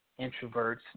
introverts